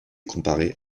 comparés